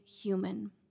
human